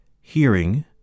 hearing